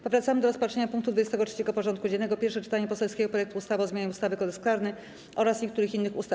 Powracamy do rozpatrzenia punktu 23. porządku dziennego: Pierwsze czytanie poselskiego projektu ustawy o zmianie ustawy - Kodeks karny oraz niektórych innych ustaw.